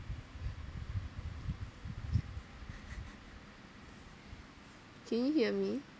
can you hear me